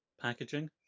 packaging